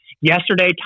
yesterday